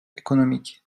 ekonomik